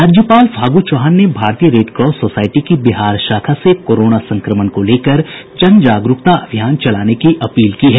राज्यपाल फागू चौहान ने भारतीय रेडक्रॉस सोसाईटी की बिहार शाखा से कोरोना संक्रमण को लेकर जन जागरूकता अभियान चलाने की अपील की है